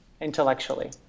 intellectually